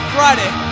Friday